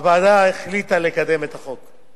שהוועדה החליטה לקדם את החוק.